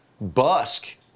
busk